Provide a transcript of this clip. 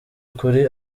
ukuri